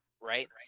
right